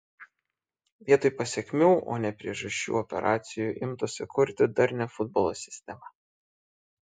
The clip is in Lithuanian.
vietoj pasekmių o ne priežasčių operacijų imtasi kurti darnią futbolo sistemą